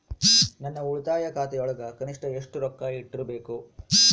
ನನ್ನ ಉಳಿತಾಯ ಖಾತೆಯೊಳಗ ಕನಿಷ್ಟ ಎಷ್ಟು ರೊಕ್ಕ ಇಟ್ಟಿರಬೇಕು?